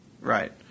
Right